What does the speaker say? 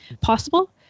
possible